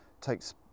takes